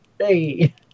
Hey